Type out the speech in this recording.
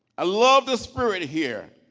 i love the spirit here,